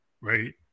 right